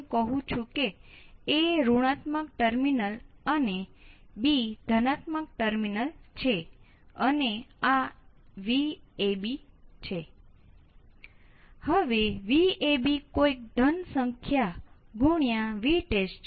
કારણ કે જો તમે આ મર્યાદાઓ વટાવી દો તો ચાલો આપણે કહીએ કે તમે 10 ગેઇન છે